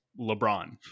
LeBron